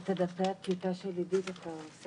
בתקנות, אם יושב-ראש הוועדה זוכר, בחודש